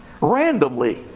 Randomly